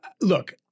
look